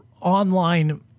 online